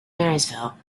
marysville